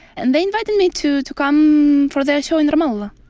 and they invited me to to come for their show in ramallah.